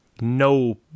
No